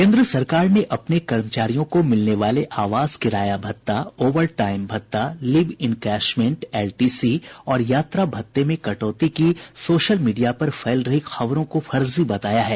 केन्द्र सरकार ने अपने कर्मचारियों को मिलने वाले आवास किराया भत्ता ओवर टाइम भत्ता लीव इनकैशमेंट एलटीसी और यात्रा भत्ते में कटौती की सोशल मीडिया पर फैल रही खबरों को फर्जी बताया है